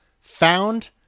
found